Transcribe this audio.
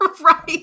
Right